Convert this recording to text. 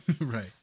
Right